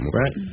right